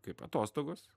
kaip atostogos